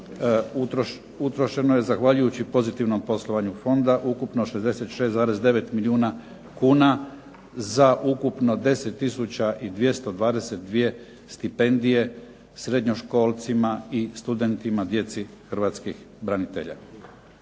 utrošeno je zahvaljujući pozitivnom poslovanju fonda ukupno 66,9 milijuna kuna za ukupno 10 tisuća 222 stipendije srednjoškolcima i studentima djeci hrvatskih branitelja.